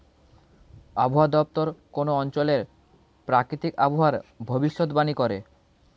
আবহাওয়া দপ্তর কোন অঞ্চলের প্রাকৃতিক আবহাওয়ার ভবিষ্যতবাণী করে